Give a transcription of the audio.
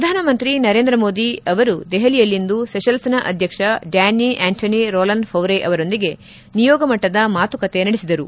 ಪ್ರಧಾನಮಂತ್ರಿ ನರೇಂದ್ರ ಮೋದಿ ಅವರು ದೆಹಲಿಯಲ್ಲಿಂದು ಸೆಶಲ್ಸ್ನ ಅಧ್ಯಕ್ಷ ಡ್ಡಾನ್ನಿ ಆಂಟೋನಿ ರೋಲ್ಲನ್ ಫೌರೆ ಅವರೊಂದಿಗೆ ನಿಯೋಗಮಟ್ಟದ ಮಾತುಕತೆ ನಡೆಸಿದರು